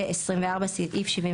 שניה,